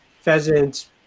pheasants